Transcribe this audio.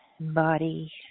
Body